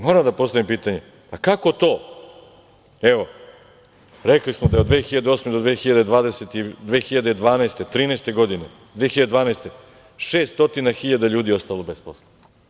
Moram da postavim pitanje – pa kako to, evo, rekli smo da je od 2008. godine do 2012, 2013. godine, 2012. godine 600.000 ljudi ostalo bez posla?